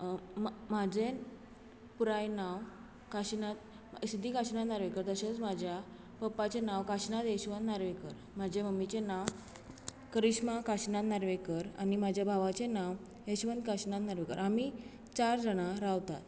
म्हाजें पुराय नांव काशिनाथ सिध्दी काशिनाथ नार्वेकर तशेंच म्हज्या पप्पाचें नांव काशिनाथ यशवंत नार्वेकर म्हज्या मम्मीचें नांव करिश्मा काशिनाथ नार्वेकर आनी म्हज्या भावाचें नांव यशवंत काशिनाथ नार्वेकर आमी चार जाणां रावतात